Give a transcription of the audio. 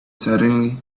suddenly